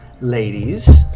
ladies